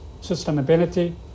sustainability